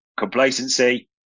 Complacency